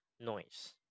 noise